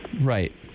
Right